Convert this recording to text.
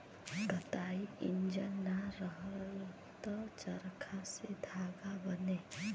कताई इंजन ना रहल त चरखा से धागा बने